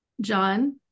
John